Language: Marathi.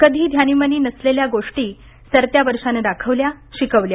कधी ध्यानीमनी नसलेल्या गोष्टी सरत्या वर्षानं दाखवल्या शिकवल्या